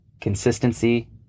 consistency